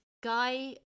Guy